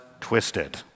twisted